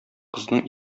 кызның